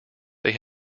they